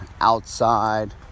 outside